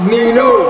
Nino